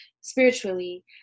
spiritually